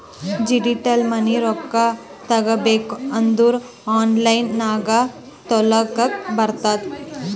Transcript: digital money ರೊಕ್ಕಾ ತಗೋಬೇಕ್ ಅಂದುರ್ ಆನ್ಲೈನ್ ನಾಗೆ ತಗೋಲಕ್ ಬರ್ತುದ್